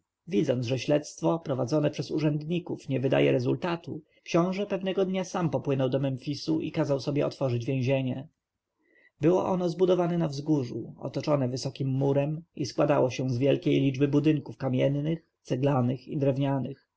widząc że śledztwo prowadzone przez urzędników nie wydaje rezultatu książę pewnego dnia sam popłynął do memfisu i kazał sobie otworzyć więzienie było ono zbudowane na wzgórzu otoczone wysokim murem i składało się z wielkiej liczby budynków kamiennych ceglanych i drewnianych